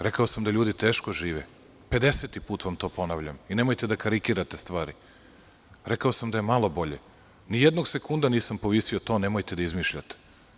Rekao sam da ljudi teško žive, 50-i vam put to ponavljam, nemojte da karikirate stvari, rekao sam da je malo bolje, nijednog sekunda nisam povisio ton, nemojte da izmišljate.